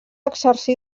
exercir